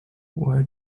where